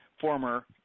former